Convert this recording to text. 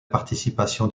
participation